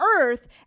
earth